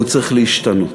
הוא צריך להשתנות.